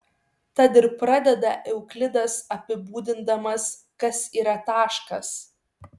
tad ir pradeda euklidas apibūdindamas kas yra taškas